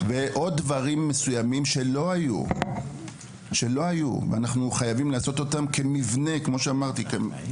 עוד דברים מסוימים שלא היו ואנחנו חייבים לעשות אותם כמבנה --- שוב,